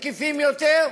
מקיפים יותר,